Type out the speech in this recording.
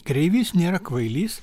kreivys nėra kvailys